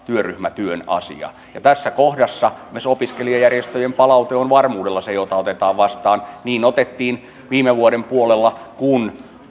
työryhmätyön asia ja tässä kohdassa myös opiskelijajärjestöjen palaute on varmuudella se jota otetaan vastaan niin kuin otettiin viime vuoden puolella kun